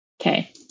Okay